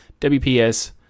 WPS